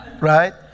right